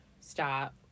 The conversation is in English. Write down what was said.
stop